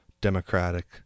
democratic